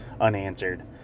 unanswered